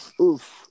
Oof